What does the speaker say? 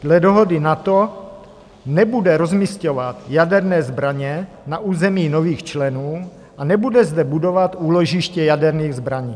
Dle dohody NATO nebude rozmisťovat jaderné zbraně na území nových členů a nebude zde budovat úložiště jaderných zbraní.